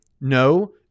no